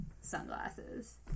Sunglasses